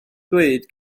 dweud